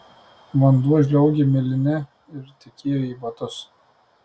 vanduo žliaugė miline ir tekėjo į batus